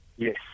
Yes